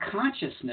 consciousness